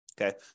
Okay